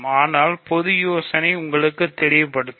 ஆனால் பொது யோசனை உங்களுக்கு தெளிவுபடுத்தும்